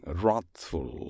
wrathful